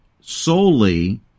solely